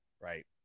Right